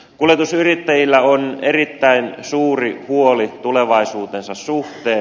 kuljetusyrittäjillä on erittäin suuri huoli tulevaisuutensa suhteen